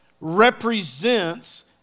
represents